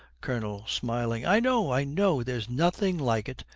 colonel, smiling, i know i know. there's nothing like it.